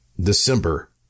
December